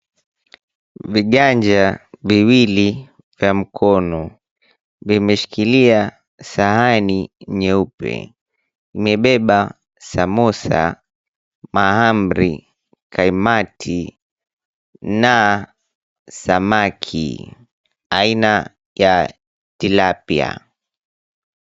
Viganja viwili vya mkono vimeshikilia sahani nyeupe imebeba samosa, mahamri, kaimati na samaki aina ya tilapia .